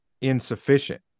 insufficient